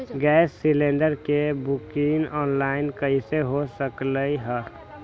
Gas cylinder के booking online कईसे हो सकलई ह?